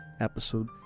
episode